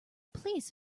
police